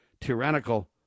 tyrannical